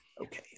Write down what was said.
Okay